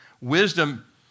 Wisdom